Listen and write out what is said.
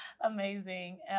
amazing